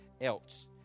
else